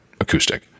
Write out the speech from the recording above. acoustic